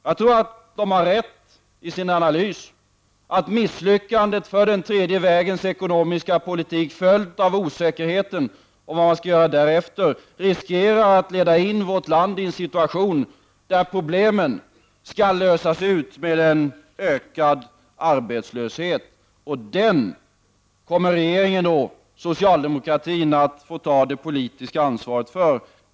Jag tror att de har rätt i sin analys, att misslyckandet för den tredje vägens ekonomiska politik, följt av osäkerheten om vad man skall göra därefter, riskerar att leda vårt land in i en situation där problemen skall lösas med en ökad arbetslöshet. Den kommer regeringen och socialdemokratin att få ta det politiska ansvaret för.